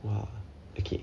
!wah! okay